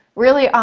really,